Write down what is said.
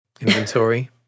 inventory